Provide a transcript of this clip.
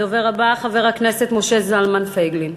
הדובר הבא, חבר הכנסת משה זלמן פייגלין,